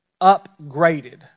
upgraded